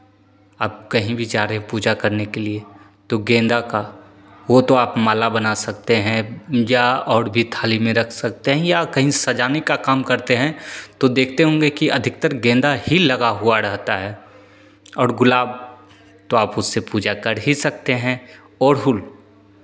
आप कहीं भी जा रहे हैं पूजा करने के लिए तो गेंदा का वो तो आप माला बना सकते हैं या और भी थाली में रख सकते हैं या कहीं सजाने का काम करते हैं तो देखते होंगे की अधिकतर गेंदा ही लगा हुआ रहता है और गुलाब तो आप उससे पूजा कर ही सकते हैं अरहुल